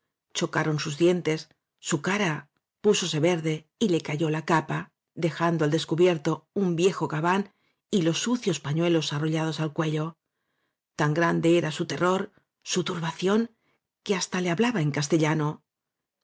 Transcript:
chocaron sus dientes su cara púsose verde y le cayó la capa dejando al des cubierto un viejo gabán y los sucios pañuelos arrollados al cuello tan grande era su terror su turbación que hasta le hablaba en castellano